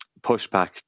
pushback